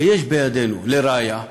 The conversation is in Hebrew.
ויש בידינו, לראיה,